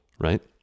Right